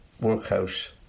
workhouse